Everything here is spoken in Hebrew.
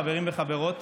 חברים וחברות,